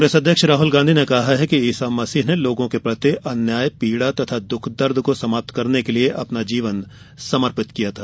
कांग्रेस अध्यक्ष राहल गांधी ने कहा है कि ईसा मसीह ने लोगों के प्रति अन्याय पीड़ा तथा दुःख दर्द को समाप्त करने के लिए अपना जीवन समर्पित किया था